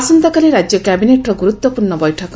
ଆସନ୍ତାକାଲି ରାଜ୍ୟ କ୍ୟାବିନେଟ୍ର ଗୁରୁତ୍ୱପୂର୍ଣ୍ଣ ବୈଠକ